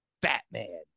Batman